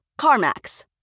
CarMax